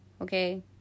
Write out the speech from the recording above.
Okay